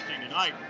tonight